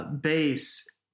base